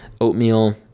Oatmeal